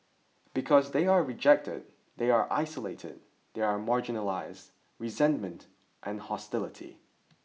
because they are rejected they are isolated they are marginalised resentment and hostility